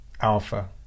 alpha